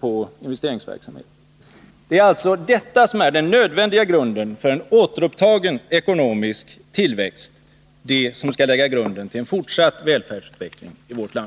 på investeringsverksamheten. Det är alltså detta som är den nödvändiga förutsättningen för en återupptagen ekonomisk tillväxt — det som skall lägga grunden till en fortsatt välfärdsutveckling i vårt land.